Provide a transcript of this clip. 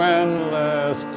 endless